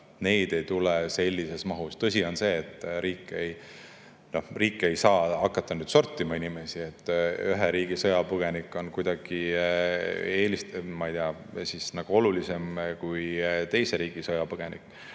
neid ei tule sellises mahus. Tõsi on see, et riik ei saa hakata inimesi sortima, et ühe riigi sõjapõgenik on kuidagi, ma ei tea, olulisem kui teise riigi sõjapõgenik.